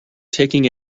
taking